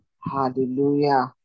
Hallelujah